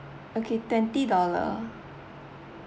okay twenty dollars